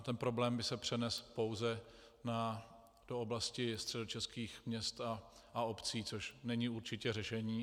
Ten problém by se přenesl pouze do oblasti středočeských měst a obcí, což není určitě řešení.